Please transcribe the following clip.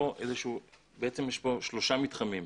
בעצם יש פה שלושה מתחמים.